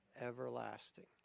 everlasting